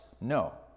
No